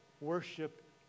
worship